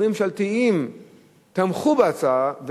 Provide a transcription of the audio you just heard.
המשרדים הממשלתיים תמכו בהצעה,